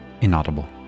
Inaudible